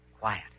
quiet